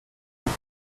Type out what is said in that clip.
vous